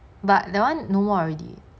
but that one no more already